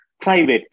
private